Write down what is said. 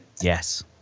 Yes